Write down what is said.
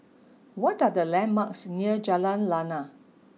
what are the landmarks near Jalan Lana